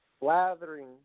lathering